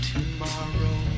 Tomorrow